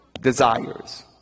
desires